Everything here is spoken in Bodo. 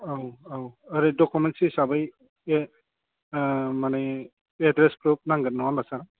औ औ ओरै डखुमेन्ट्स हिसाबै बे माने एड्रेस प्रुभ नांगोन नङा होनबा सार